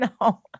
No